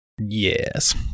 Yes